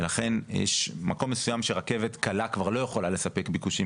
ולכן יש מקום מסוים שרכבת קלה כבר לא יכולה לספק ביקושים